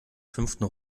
fünften